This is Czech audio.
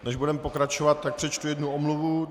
Než budeme pokračovat, přečtu jednu omluvu.